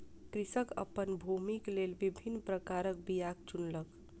कृषक अपन भूमिक लेल विभिन्न प्रकारक बीयाक चुनलक